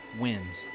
wins